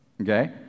Okay